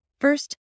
First